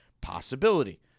Possibility